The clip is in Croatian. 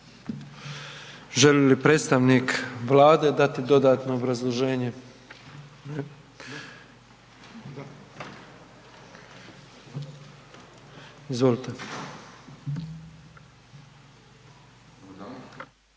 Želi li predstavnik Vlade dati dodatno obrazloženje? Da,